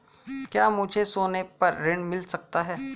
क्या मुझे सोने पर ऋण मिल सकता है?